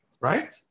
right